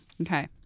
Okay